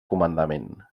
comandament